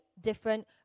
different